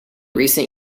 recent